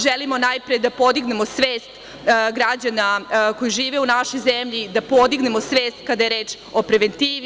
Želimo, najpre, da podignemo svest građana koji žive u našoj zemlji, da podignemo svest kada je reč o preventivi.